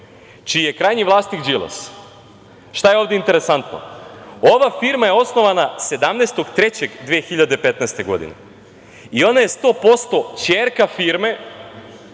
čiji je krajnji vlasnik Đilas. Šta je ovde interesantno? Ova firma je osnovana 17.3.2015. godine i ona je sto posto ćerka firme